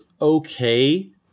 okay